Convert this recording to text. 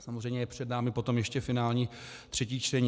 Samozřejmě je před námi ještě finální třetí čtení.